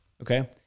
Okay